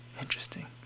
interesting